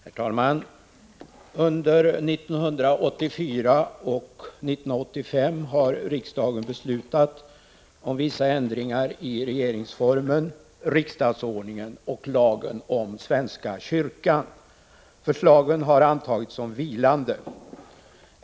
Herr talman! Under 1984 och 1985 har riksdagen beslutat om vissa ändringar i regeringsformen, riksdagsordningen och lagen om svenska kyrkan. Förslagen har antagits som vilande.